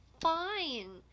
fine